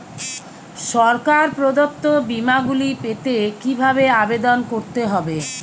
সরকার প্রদত্ত বিমা গুলি পেতে কিভাবে আবেদন করতে হবে?